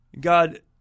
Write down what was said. God